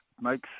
makes